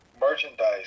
merchandise